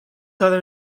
other